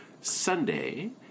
Sunday